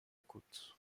côte